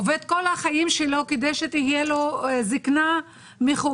עובד כל החיים שלו כדי שתהיה לו זקנה מכובדת